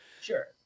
sure